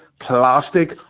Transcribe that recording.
plastic